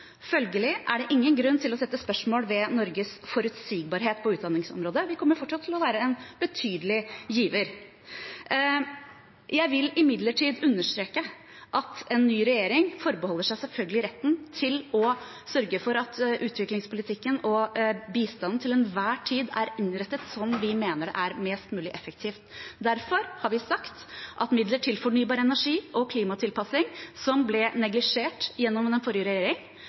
Følgelig er det ingen grunn til å stille spørsmål ved Norges forutsigbarhet på utdanningsområdet. Vi kommer fortsatt til å være en betydelig giver. Jeg vil imidlertid understreke at en ny regjering selvfølgelig forbeholder seg retten til å sørge for at utviklingspolitikken og bistanden til enhver tid er innrettet sånn vi mener er mest mulig effektivt. Derfor har vi sagt at midler til fornybar energi og klimatilpasning, som ble neglisjert gjennom den forrige